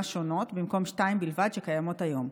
שונות במקום שתיים בלבד שקיימות היום.